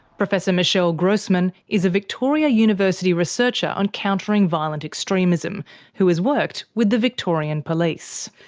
professor michele grossman is a victoria university researcher on countering violent extremism who has worked with the victorian police.